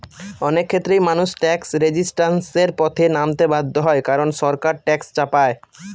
অনেক ক্ষেত্রেই মানুষ ট্যাক্স রেজিস্ট্যান্সের পথে নামতে বাধ্য হয় কারন সরকার ট্যাক্স চাপায়